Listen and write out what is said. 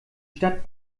stadt